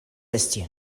esti